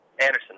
Anderson